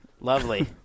Lovely